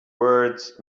words